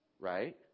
right